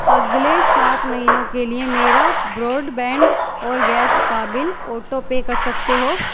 اگلے سات مہینوں کے لیے میرا براڈ بینڈ اور گیس کا بل آٹو پے کر سکتے ہو